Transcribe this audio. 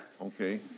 Okay